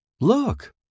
Look